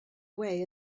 way